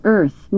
Earth